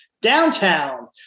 downtown